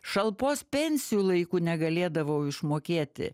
šalpos pensijų laiku negalėdavau išmokėti